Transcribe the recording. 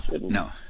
no